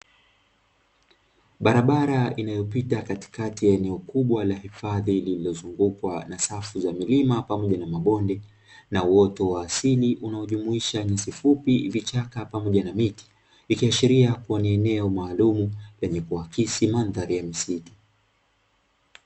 Barabara inayopita katikati ya eneo kubwa la hifadhi lililozungukwa na safu za milima pamoja na mabonde na uoto wa asili unaojumuisha nyasi fupi, vichaka pamoja na miti. ikiashiria kuwa ni eneo maalum lenye kuakisi mandhari ya msitu.